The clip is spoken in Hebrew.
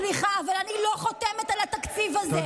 סליחה, אבל אני לא חותמת על התקציב הזה.